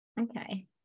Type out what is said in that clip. Okay